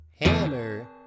Hammer